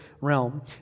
realm